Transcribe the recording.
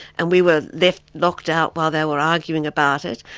and we were left locked out while they were arguing about it,